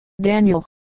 Daniel